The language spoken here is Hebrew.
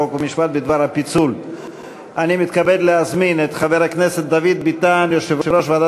חוק ומשפט בדבר פיצול הצעת חוק להעמקת גביית המסים והגברת